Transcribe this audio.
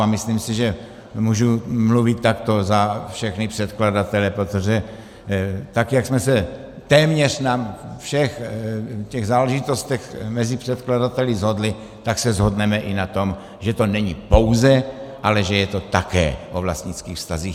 A myslím si, že můžu mluvit takto za všechny předkladatele, protože tak jak jsme se téměř na všech těch záležitostech mezi předkladateli shodli, tak se shodneme i na tom, že to není pouze, ale že je to také o vlastnických vztazích.